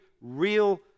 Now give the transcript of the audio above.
real